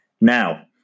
Now